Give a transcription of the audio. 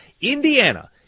Indiana